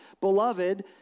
Beloved